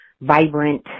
Vibrant